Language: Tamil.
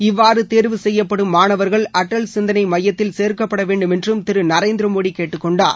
இவ்வாறு தேர்வு செய்யப்படும் மாணவர்கள் அடல் சிந்தனை மையத்தில் சேர்க்கப்பட வேண்டும் என்றும் திரு நரேந்திர மோடி கேட்டுக்கொண்டார்